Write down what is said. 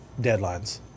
deadlines